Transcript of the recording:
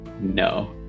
No